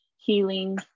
healing